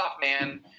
man